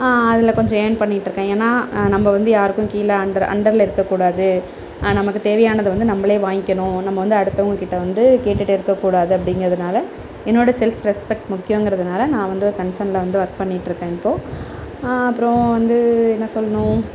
அதில் கொஞ்சம் ஏர்ன் பண்ணிட்டிருக்கேன் ஏனால் நம்ப வந்து யாருக்கும் கீழே அன்டரில் இருக்க கூடாது நமக்கு தேவையானதை வந்து நம்மளே வாங்கிக்கணும் நம்ப வந்து அடுத்தவங்கள் கிட்டே வந்து கேட்டுகிட்டு இருக்க கூடாது அப்படிங்கறதுனால என்னோட செல்ஃப் ரெஸ்பெக்ட் முக்கியங்கறதுனால நான் வந்து ஒரு கன்சர்னில் வந்து ஒர்க் பண்ணிட்டிருக்கேன் இப்போது அப்புறோம் வந்து என்ன சொல்லணும்